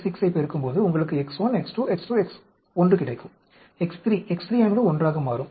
X3 X3 ஆனது 1 ஆக மாறும்